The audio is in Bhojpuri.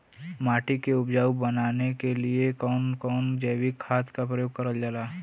माटी के उपजाऊ बनाने के लिए कौन कौन जैविक खाद का प्रयोग करल जाला?